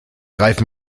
reifen